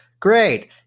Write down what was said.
Great